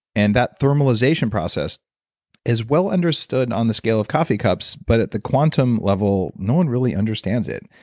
and that thermalization process is well understood on the scale of coffee cups but at the quantum level, no one really understands it.